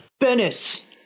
Venice